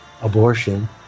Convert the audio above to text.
abortion